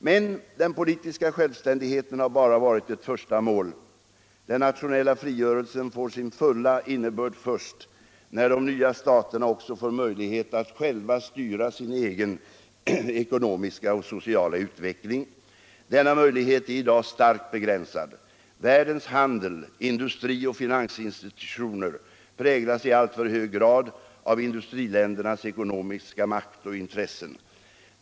Men den politiska självständigheten har bara varit ett första mål. Den nationella frigörelsen får sin fulla innebörd först när de nya staterna också får möjlighet att själva styra sin egen ekonomiska och sociala utveckling. Denna möjlighet är i dag starkt begränsad: Världens handet, industri och finansinstitutioner präglas i alltför hög grad av industriländernas ekonomiska makt och intressen.